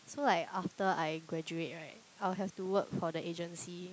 so like after I graduate right I will have to work for the agency